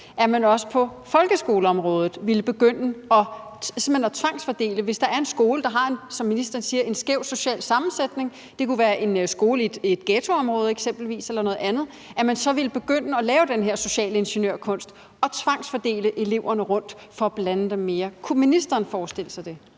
at man også på folkeskoleområdet simpelt hen ville begynde at tvangsfordele, hvis der er en skole, der, som ministeren siger, har en skæv social sammensætning – det kunne være en skole i et ghettoområde eksempelvis eller noget andet – at man så ville begynde at lave den her social ingeniør-kunst og tvangsfordele eleverne rundt for at blande dem mere. Kunne ministeren forestille sig det?